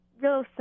Real